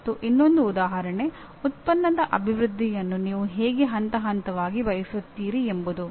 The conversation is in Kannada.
ಮತ್ತು ಇನ್ನೊಂದು ಉದಾಹರಣೆ ಉತ್ಪನ್ನದ ಅಭಿವೃದ್ಧಿಯನ್ನು ನೀವು ಹೇಗೆ ಹಂತ ಹಂತವಾಗಿ ಬಯಸುತ್ತೀರಿ ಎಂಬುದು